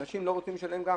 אנשים לא רוצים לשלם גם.